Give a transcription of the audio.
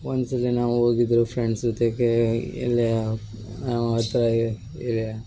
ಒಂದ್ಸಲಿ ನಾವು ಹೋಗಿದ್ವಿ ಫ್ರೆಂಡ್ಸ್ ಜೊತೆಗೆ ಎಲ್ಲಿ ಎಲ್ಲಿ